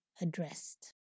addressed